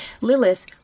Lilith